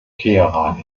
teheran